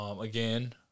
again